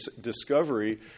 discovery